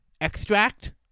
extract